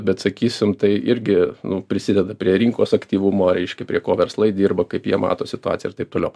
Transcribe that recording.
bet sakysim tai irgi nu prisideda prie rinkos aktyvumo reiškia prie ko verslai dirba kaip jie mato situaciją ir taip toliau